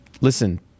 listen